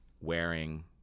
wearing